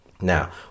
Now